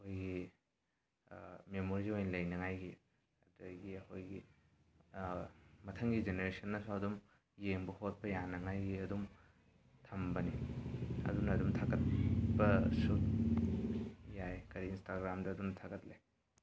ꯑꯩꯈꯣꯏꯒꯤ ꯃꯦꯃꯣꯔꯤ ꯑꯣꯏꯅ ꯂꯩꯅꯉꯥꯏꯒꯤ ꯑꯗꯨꯗꯒꯤ ꯑꯩꯈꯣꯏꯒꯤ ꯃꯊꯪꯒꯤ ꯖꯦꯅꯦꯔꯦꯁꯟꯅꯁꯨ ꯑꯗꯨꯝ ꯌꯦꯡꯕ ꯈꯣꯠꯄ ꯌꯥꯅꯉꯥꯏꯒꯤ ꯑꯗꯨꯝ ꯊꯝꯕꯅꯤ ꯑꯗꯨꯅ ꯑꯗꯨꯝ ꯊꯥꯒꯠꯄꯁꯨ ꯌꯥꯏ ꯀꯔꯤ ꯏꯟꯁꯇꯥꯒ꯭ꯔꯥꯝꯗ ꯑꯗꯨꯝ ꯊꯥꯒꯠꯂꯦ